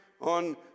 on